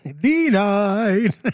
denied